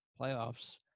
playoffs